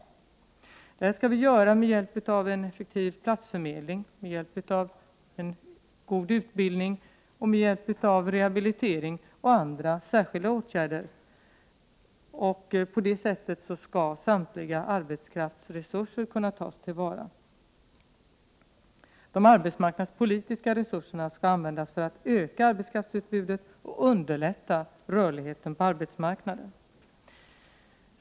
Det skall ske med hjälp av en effektiv platsförmedling, en god utbildning, rehabilitering och andra särskilda åtgärder. På det sättet skall samtliga arbetskraftsresurser kunna tas till vara. De arbetsmarknadspolitiska resurserna skall användas för att öka arbetskraftsutbudet och för att underlätta rörligheten på arbetsmarknaden.